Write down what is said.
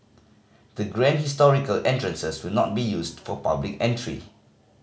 the grand historical entrances will not be used for public entry